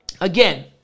Again